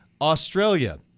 Australia